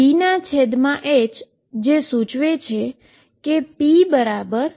p જે સૂચવે છે કે 𝑝 ℏ𝑘